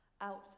out